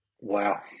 Wow